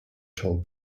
till